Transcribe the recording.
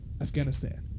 Afghanistan